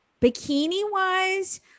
Bikini-wise